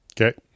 Okay